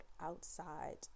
outside